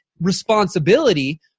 responsibility